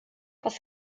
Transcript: was